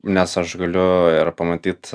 nes aš galiu ir pamatyt